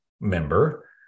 member